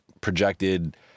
projected